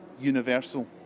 universal